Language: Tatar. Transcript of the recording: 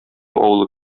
авылы